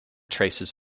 traces